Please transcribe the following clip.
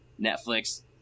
Netflix